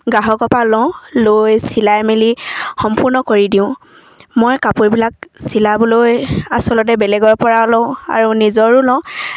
গ্ৰাহকৰ পা লওঁ লৈ চিলাই মেলি সম্পূৰ্ণ কৰি দিওঁ মই কাপোৰবিলাক চিলাবলৈ আচলতে বেলেগৰ পৰাও লওঁ আৰু নিজৰো লওঁ